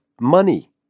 money